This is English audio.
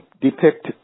depict